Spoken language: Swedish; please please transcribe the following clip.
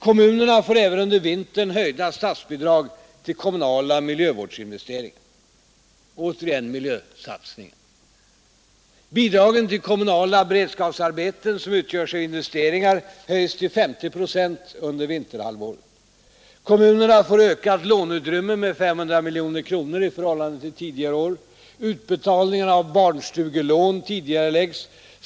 Kommunerna får även under vintern höjda statsbidrag till kommunala miljövårdsinvesteringar. Återigen en miljösatsning. Bidragen till de kommunala beredskapsarbeten som utgörs av investeringar höjs till 50 procent under vinterhalvåret. Kommunerna får ökat låneutrymme med 500 miljoner kronor i förhållande till tidigare år. Utbetalningarna av barnstugelån tidigareläggs.